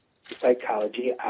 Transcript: psychology